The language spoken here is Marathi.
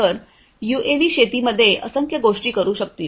तर यूएव्ही शेतीमध्ये असंख्य गोष्टी करु शकतील